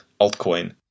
altcoin